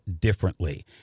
differently